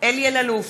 אלי אלאלוף,